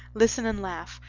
listen and laugh,